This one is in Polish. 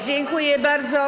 Dziękuję bardzo.